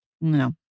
No